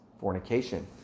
fornication